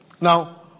Now